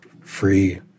free